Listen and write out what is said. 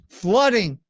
flooding